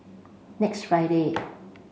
next Friday